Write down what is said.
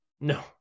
No